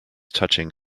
touching